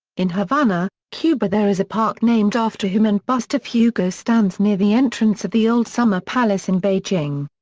in havana, cuba there is a park named after him and bust of hugo stands near the entrance of the old summer palace in beijing.